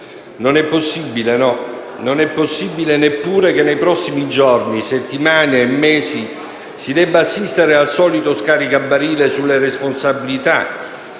Non è possibile, no, non è possibile neppure che nei prossimi giorni, settimane e mesi si debba assistere al solito scaricabarile sulle responsabilità